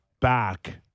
back